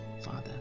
father